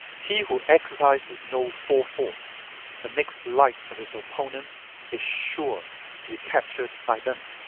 he who exercises no forethought but makes light of his opponents is sure to be captured by them.